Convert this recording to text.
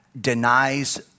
denies